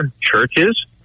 churches